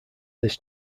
this